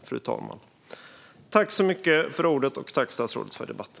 Jag vill tacka statsrådet för debatten.